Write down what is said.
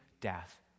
death